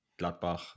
Gladbach